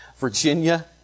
Virginia